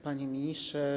Panie Ministrze!